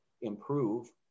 improve